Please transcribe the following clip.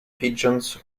pigeons